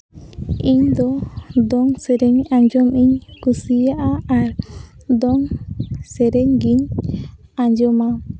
ᱤᱧ ᱫᱚ ᱫᱚᱝ ᱥᱮᱨᱮᱧ ᱟᱸᱡᱚᱢᱤᱧ ᱠᱩᱥᱤᱭᱟᱜᱼᱟ ᱟᱨ ᱫᱚᱝ ᱥᱮᱨᱮᱧ ᱜᱤᱧ ᱟᱸᱡᱚᱢᱟ